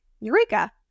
Eureka